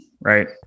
right